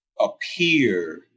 appear